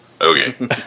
Okay